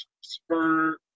spur